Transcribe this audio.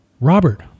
Robert